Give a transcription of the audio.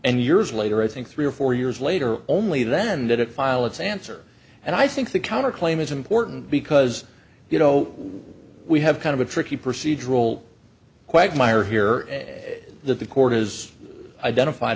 and years later i think three or four years later only then did it file its answer and i think the counterclaim is important because you know we have kind of a tricky procedural quagmire here that the court has identified